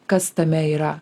kas tame yra